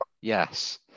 yes